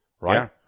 right